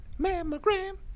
Mammogram